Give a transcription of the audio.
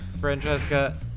Francesca